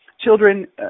children